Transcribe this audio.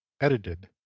Edited